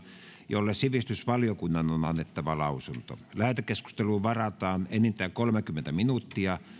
jolle sivistysvaliokunnan on annettava lausunto lähetekeskusteluun varataan enintään kolmekymmentä minuuttia